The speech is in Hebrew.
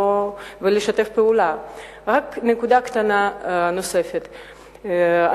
נקודה נוספת,